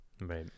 right